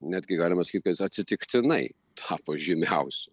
netgi galima sakyt kad jis atsitiktinai tapo žymiausiu